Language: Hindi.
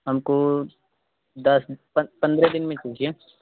हमको दस प पन्द्रह दिन में चाहिए